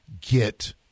get